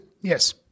Yes